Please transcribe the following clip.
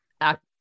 act